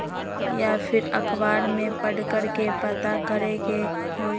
या फिर अखबार में पढ़कर के पता करे के होई?